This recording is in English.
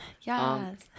Yes